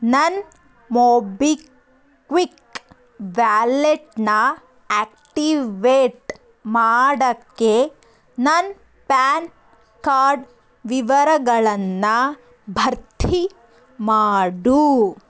ನನ್ನ ಮೊಬಿಕ್ವಿಕ್ ವ್ಯಾಲೆಟನ್ನ ಆಕ್ಟಿವೇಟ್ ಮಾಡೋಕ್ಕೆ ನನ್ನ ಪ್ಯಾನ್ ಕಾರ್ಡ್ ವಿವರಗಳನ್ನು ಭರ್ತಿ ಮಾಡು